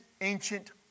ancient